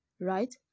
right